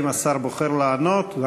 האם השר בוחר לענות?